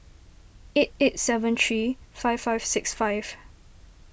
eight eight seven three five five six five